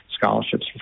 scholarships